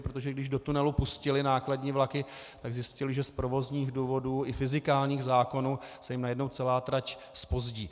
Protože když do tunelu pustili nákladní vlaky, tak zjistili, že z provozních důvodů i fyzikálních zákonů se jim najednou celá trať zpozdí.